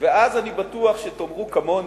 ואז אני בטוח שתאמרו כמוני: